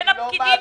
בין הפקידים,